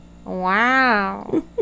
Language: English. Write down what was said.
Wow